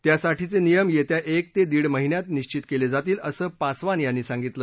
त्यासाठीचे नियम येत्या एक ते दीड महिन्यात निश्चित केले जातील असं पासवान यांनी सांगितलं